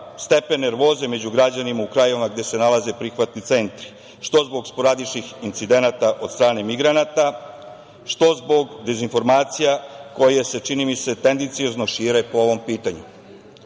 stepen nervoze među građanima u krajevima gde se nalaze prihvatni centri, što zbog sporadičnih incidenata od strane migranata, što zbog dezinformacija koje se čini mi se tendenciozno šire po ovom pitanju.